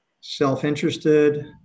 self-interested